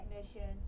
technician